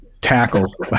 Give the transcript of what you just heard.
tackle